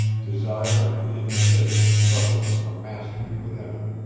desire and indecision struggling for mastery within him,